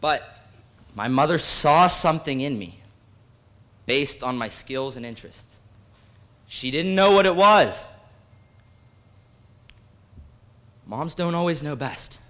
but my mother saw something in me based on my skills and interests she didn't know what it was moms don't always know best